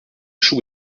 chou